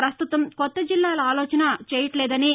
పస్తుతం కొత్త జిల్లాల ఆలోచన చేయట్లేదనీ